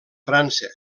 frança